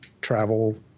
travel